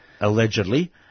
allegedly